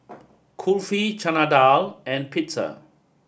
Kulfi Chana Dal and Pizza